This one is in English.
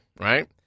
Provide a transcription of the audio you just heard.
Right